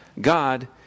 God